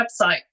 website